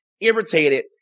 irritated